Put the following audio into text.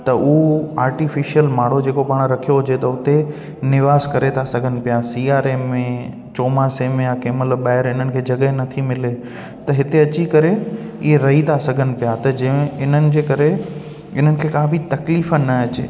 त उहो आर्टिफ़िशल माणो जेको पाणि रखियो हुजे त हुते निवास करे था सघनि पिया सीआरे में चोमासे में या कंहिं महिल ॿाहिरि हिननि खे जॻह नथी मिले त हिते अची करे इहे रही था सघनि पिया त जंहिं इन्हनि जे करे हिनखे का बि तकलीफ़ न अचे